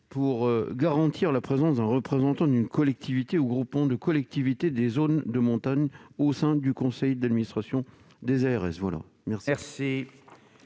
à garantir la présence d'un représentant d'une collectivité ou groupement de collectivités des zones de montagne au sein du conseil d'administration des ARS. La